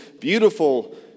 beautiful